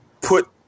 put